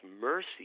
mercy